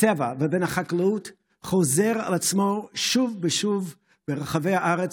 הטבע ובין החקלאות חוזר על עצמו שוב ושוב ברחבי הארץ,